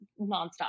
nonstop